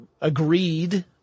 agreed